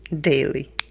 daily